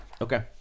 Okay